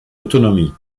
autonomie